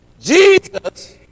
Jesus